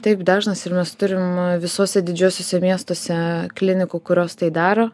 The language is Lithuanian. taip dažnas ir mes turim visuose didžiuosiuose miestuose klinikų kurios tai daro